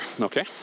okay